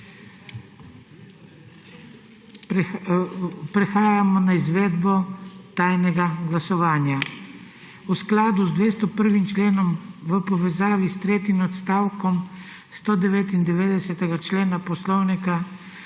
Prehajamo na izvedbo tajnega glasovanja. V skladu z 201. členom, v povezavi s tretjim odstavkom 199. člena Poslovnika